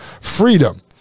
freedom